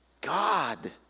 God